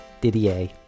Didier